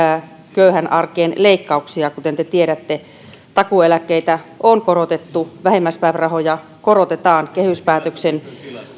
köyhän arkeen leikkauksia kuten te tiedätte takuueläkkeitä on korotettu vähimmäispäivärahoja korotetaan kehyspäätöksen